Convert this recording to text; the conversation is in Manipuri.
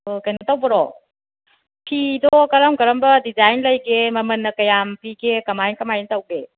ꯑꯣ ꯀꯩꯅꯣ ꯇꯧꯕꯔꯣ ꯐꯤꯗꯣ ꯀꯔꯝ ꯀꯔꯝꯕ ꯗꯤꯖꯥꯏꯟ ꯂꯩꯒꯦ ꯃꯃꯜꯅ ꯀꯌꯥꯝ ꯄꯤꯒꯦ ꯀꯃꯥꯏ ꯀꯃꯥꯏ ꯇꯧꯒꯦ